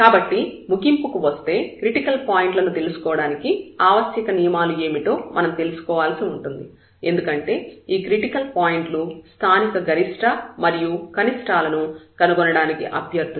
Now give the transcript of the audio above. కాబట్టి ముగింపు కు వస్తే క్రిటికల్ పాయింట్లను తెలుసుకోవడానికి ఆవశ్యక నియమాలు ఏమిటో మనం తెలుసుకోవాల్సి ఉంటుంది ఎందుకంటే ఈ క్రిటికల్ పాయింట్లు స్థానిక గరిష్ట మరియు కనిష్టాల ను కనుగొనడానికి అభ్యర్థులు